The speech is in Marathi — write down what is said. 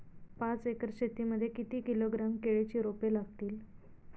पाच एकर शेती मध्ये किती किलोग्रॅम केळीची रोपे लागतील?